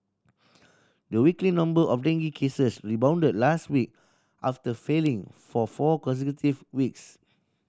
the weekly number of dengue cases rebounded last week after feeling for four consecutive weeks